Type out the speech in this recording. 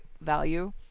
value